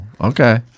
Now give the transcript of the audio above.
okay